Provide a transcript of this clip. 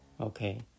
Okay